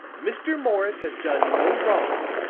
mr. morris has done no wrong,